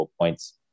points